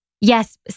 yes